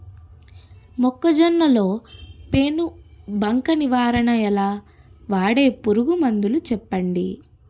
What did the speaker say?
మొక్కజొన్న లో పెను బంక నివారణ ఎలా? వాడే పురుగు మందులు చెప్పండి?